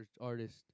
artist